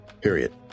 Period